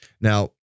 Now